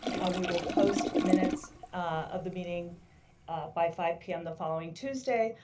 and we will post minutes of the meeting by five p m. the following tuesday.